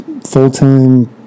full-time